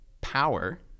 Power